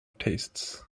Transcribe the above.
tastes